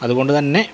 അത് കൊണ്ട് തന്നെ